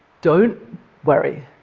don't worry,